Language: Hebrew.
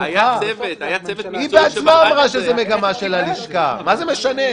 אני מצטער שאני חוזר שוב על זה כמו תוכי,